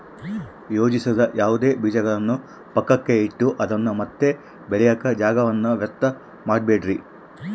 ಯೋಜಿಸದ ಯಾವುದೇ ಬೀಜಗಳನ್ನು ಪಕ್ಕಕ್ಕೆ ಇಟ್ಟು ಅದನ್ನ ಮತ್ತೆ ಬೆಳೆಯಾಕ ಜಾಗವನ್ನ ವ್ಯರ್ಥ ಮಾಡಬ್ಯಾಡ್ರಿ